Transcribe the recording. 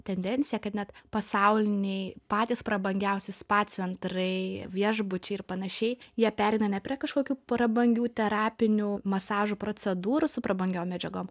tendenciją kad net pasauliniai patys prabangiausi spa centrai viešbučiai ir panašiai jie pereina ne prie kažkokių prabangių terapinių masažo procedūrų su prabangiom medžiagom